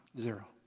Zero